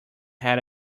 had